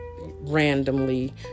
randomly